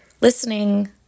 listening